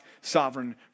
sovereign